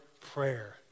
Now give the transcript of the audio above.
prayer